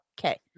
Okay